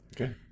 Okay